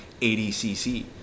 ADCC